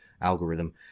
algorithm